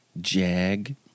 Jag